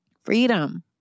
freedom